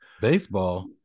Baseball